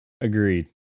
Agreed